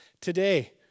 Today